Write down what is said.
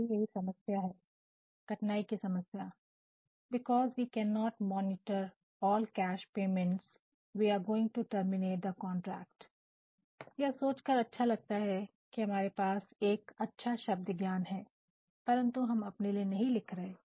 दूसरे वाक्य में भी यही समस्या है कठनाई की समस्या " because we cannot monitor all cash payments we are going to terminate the contract " यह सोच कर अच्छा लगता है कि हमारे पास एक अच्छा शब्द ज्ञान है परंतु हम अपने लिए नहीं लिख रहे हैं